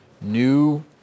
new